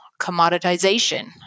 commoditization